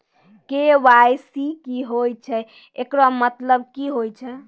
KYC की होय छै, एकरो मतलब की होय छै?